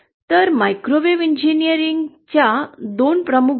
तर मायक्रोवेव्ह इंजिनीअरिंगच्या 2 प्रमुख गोष्टी